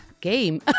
Game